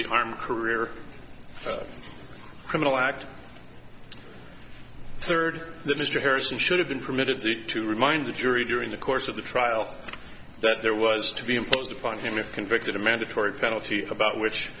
the arm career criminal act third that mr harrison should have been permitted to to remind the jury during the course of the trial that there was to be imposed upon him if convicted a mandatory penalty about which